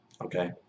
okay